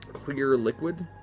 clear liquid